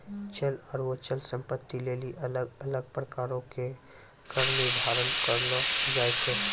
चल आरु अचल संपत्ति लेली अलग अलग प्रकारो के कर निर्धारण करलो जाय छै